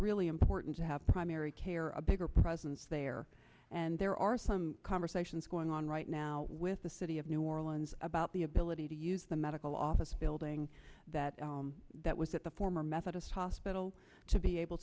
really important to have primary care a bigger presence there and there are some conversations going on right now with the city of new orleans about the ability to use the medical office building that that was at the former methodist hospital to be able